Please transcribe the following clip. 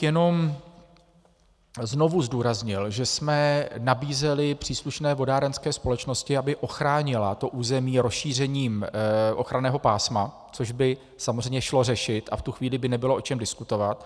Jenom bych znovu zdůraznil, že jsme nabízeli příslušné vodárenské společnosti, aby ochránila to území rozšířením ochranného pásma, což by samozřejmě šlo řešit a v tu chvíli by nebylo o čem diskutovat.